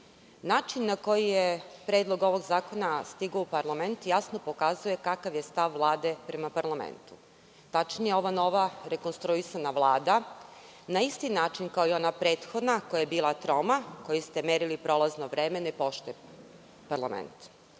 način na koji je Predlog ovog zakona stigao u parlament, jasno pokazuje kakav je stav Vlade prema parlamentu. Tačnije ova nova rekonstruisana Vlada na isti način kao i ona prethodna koja je bila troma, kojoj ste merili prolazno vreme, ne poštuje